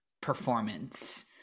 performance